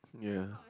ya